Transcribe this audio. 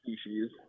species